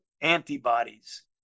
antibodies